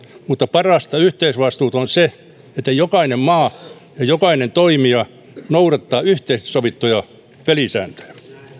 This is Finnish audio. mutta parasta yhteisvastuuta on se että jokainen maa ja jokainen toimija noudattavat yhteisesti sovittuja pelisääntöjä